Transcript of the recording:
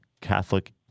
Catholic